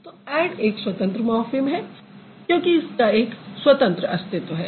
तो ऐड एक स्वतंत्र मॉर्फ़िम है क्योंकि इसका एक स्वतंत्र अस्तित्व है